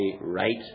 right